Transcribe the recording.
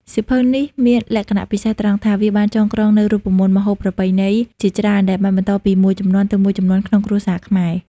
សៀវភៅនេះមានលក្ខណៈពិសេសត្រង់ថា វាបានចងក្រងនូវរូបមន្តម្ហូបប្រពៃណីជាច្រើនដែលបានបន្តពីមួយជំនាន់ទៅមួយជំនាន់ក្នុងគ្រួសារខ្មែរ